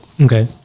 Okay